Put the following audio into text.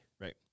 Right